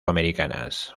americanas